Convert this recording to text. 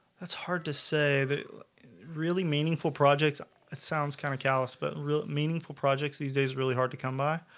that's hard to say that really meaningful projects it sounds kind of callous but really meaningful projects these days really hard to come by,